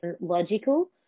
logical